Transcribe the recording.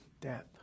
death